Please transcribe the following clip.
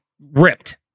ripped